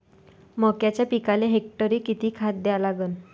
मक्याच्या पिकाले हेक्टरी किती खात द्या लागन?